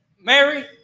Mary